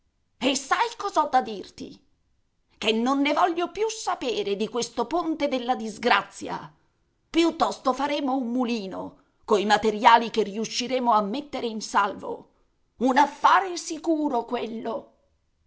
e sai cos'ho da dirti che non ne voglio più sapere di questo ponte della disgrazia piuttosto faremo un mulino coi materiali che riusciremo a mettere in salvo un affare sicuro quello